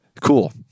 Cool